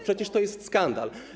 Przecież to jest skandal.